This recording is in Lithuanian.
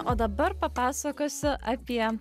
o dabar papasakosiu apie